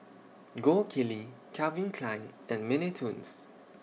Gold Kili Calvin Klein and Mini Toons